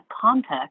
context